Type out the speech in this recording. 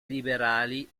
liberali